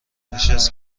نشت